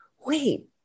wait